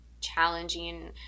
challenging